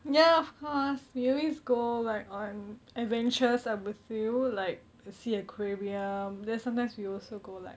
ya of course we always go like on adventures ah with you like sea aquarium then sometimes we also go like